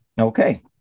Okay